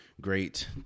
great